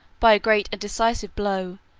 by a great and decisive blow,